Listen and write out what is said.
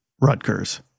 Rutgers